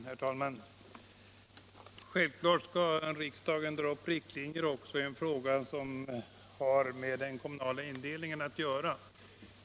Herr talman! Självfallet skall riksdagen dra upp riktlinjer också i en fråga som har med den kommunala indelningen att göra.